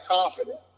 confident